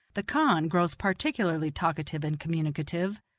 the kahn grows particularly talkative and communicative,